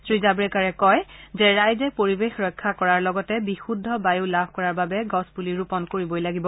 শ্ৰীজাভ্ৰেকাৰে কয় যে ৰাইজে পৰিৱেশ ৰক্ষা কৰাৰ লগতে বিশুদ্ধ বায় লাভ কৰাৰ বাবে গছপুলি ৰোপণ কৰিবই লাগিব